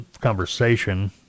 conversation